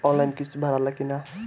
Online किस्त भराला कि ना?